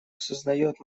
осознает